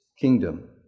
kingdom